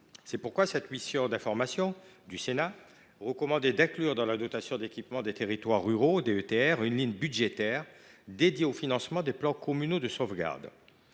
C’est pourquoi cette mission d’information recommandait d’inclure dans la dotation d’équipement des territoires ruraux une ligne budgétaire spécifique au financement des plans communaux de sauvegarde.